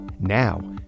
now